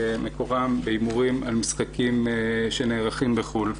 מקורם בהימורים על משחקים שנערכים בחו"ל.